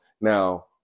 now